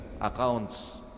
accounts